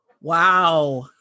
wow